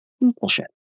Bullshit